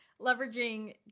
Leveraging